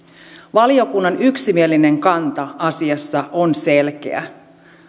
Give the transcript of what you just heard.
valiokunnan yksimielinen kanta asiassa on selkeä